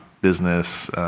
business